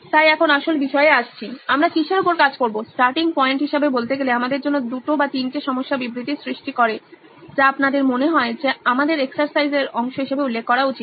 তাই এখন আসল বিষয়ে আসছি আমরা কিসের ওপর কাজ করব স্টার্টিং পয়েন্ট হিসাবে বলতে গেলে আমাদের জন্য 2 বা 3 টে সমস্যা বিবৃতির সৃষ্টি করে যা আপনাদের মনে হয় যে আমাদের এক্সারসাইজের অংশ হিসাবে উল্লেখ করা উচিত